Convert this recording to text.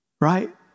right